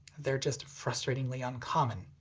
they're just frustratingly uncommon.